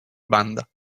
banda